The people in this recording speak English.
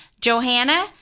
Johanna